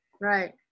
Right